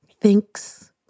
thinks